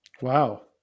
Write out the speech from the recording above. Wow